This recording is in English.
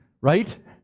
Right